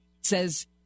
says